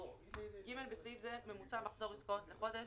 (ג) בסעיף זה, "ממוצע מחזור עסקאות לחודש"